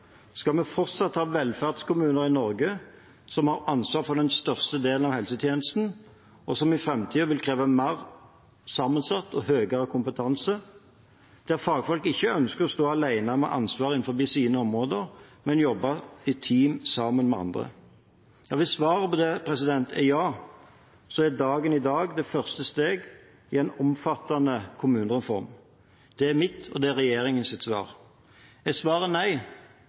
Skal vi fortsatt ha velferdskommuner i Norge som har ansvar for den største delen av helsetjenesten, og som i framtiden vil kreve mer sammensatt og høyere kompetanse, der fagfolk ikke ønsker å stå alene med ansvar innenfor sine områder, men jobbe i team sammen med andre? Hvis svaret på det er ja, er dagen i dag det første steget i en omfattende kommunereform. Det er mitt svar, og det er regjeringens svar. Er svaret nei,